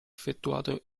effettuato